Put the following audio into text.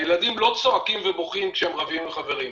הילדים לא צועקים ובוכים כשהם רבים עם חברים,